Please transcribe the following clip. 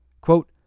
Quote